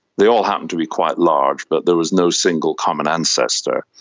they all happened to be quite large but there was no single common ancestor.